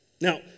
Now